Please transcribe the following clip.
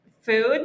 Food